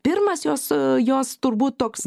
pirmas jos jos turbūt toks